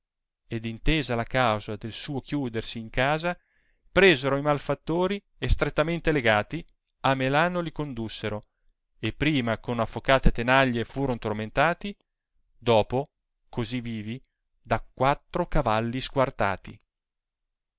ed intesa la causa del suo chiudersi in casa presero i malfattori e strettamente legati a melano li condussero e prima con aff'ocate tanaglie luron tormentati dopo così vivi da quattro cavalli squartati